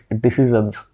decisions